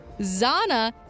Zana